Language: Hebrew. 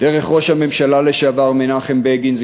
דרך ראש הממשלה לשעבר מנחם בגין,